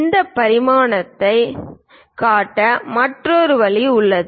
இந்த பரிமாணத்தைக் காட்ட மற்றொரு வழி உள்ளது